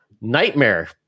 Nightmare